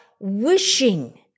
wishing